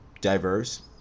diverse